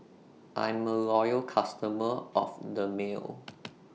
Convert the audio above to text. I'm A Loyal customer of Dermale